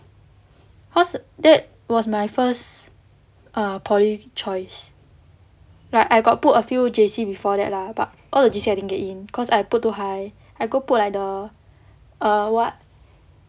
cause that was my first err poly choice like I got put a few J_C before that lah but all the J_C I didn't get in cause I put too high I go put like the err what